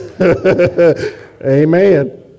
Amen